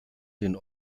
den